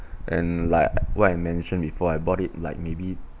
and like what I mentioned before I bought it like maybe